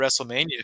WrestleMania